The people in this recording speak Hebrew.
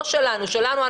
לא שלנו שלנו,